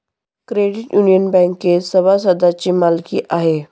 credit union बँकेत सभासदांची मालकी आहे